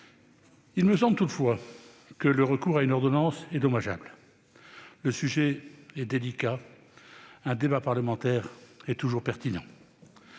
Il me semble toutefois que le recours à une ordonnance est dommageable. Le sujet est délicat, et un débat parlementaire est toujours pertinent.